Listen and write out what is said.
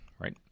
right